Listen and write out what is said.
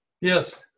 Yes